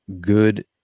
good